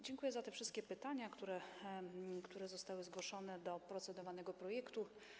Dziękuję za te wszystkie pytania, które zostały zgłoszone do procedowanego projektu.